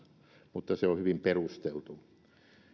mutta se on hyvin perusteltu